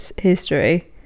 history